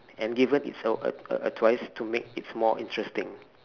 and given it's a a a twice to make it more interesting